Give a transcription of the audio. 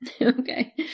okay